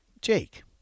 Jake